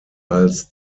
als